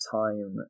time